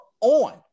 on